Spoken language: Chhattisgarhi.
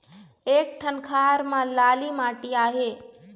एक ठन खार म लाली माटी आहे?